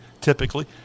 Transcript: typically